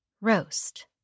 Roast